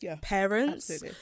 parents